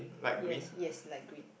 yes yes light green